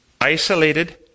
isolated